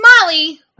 Molly